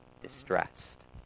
distressed